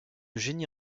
génie